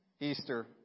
Easter